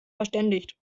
verständigt